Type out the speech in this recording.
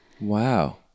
Wow